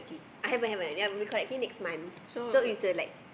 I have I have leh I will be collecting next month so it's a like